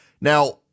Now